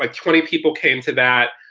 ah twenty people came to that,